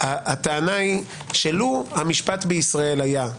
הטענה היא שלו המשפט בישראל היה,